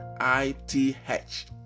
I-T-H